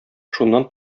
шуннан